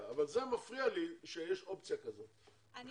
שיש אופציה כזאת בכלל.